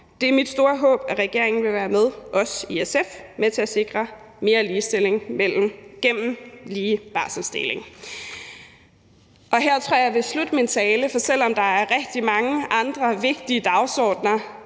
Det er mit store håb, at regeringen med os i SF vil være med til at sikre mere ligestilling gennem lige barselsdeling. Her tror jeg, jeg vil slutte min tale, for selv om der er rigtig mange andre vigtige dagsordener: